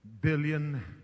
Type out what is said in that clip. billion